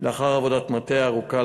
לאחר עבודת מטה ארוכה,